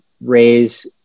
raise